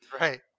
right